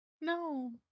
No